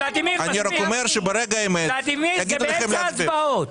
אני רק אומר שברגע האמת יגידו לכם להצביע.